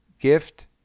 gift